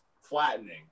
flattening